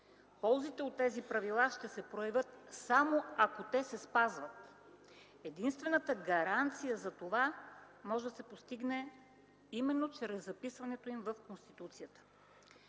Ползите от тези правила ще се проявят само, ако се спазват. Единствената гаранция за това може да се постигне именно чрез записването им в Конституцията.